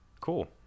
Cool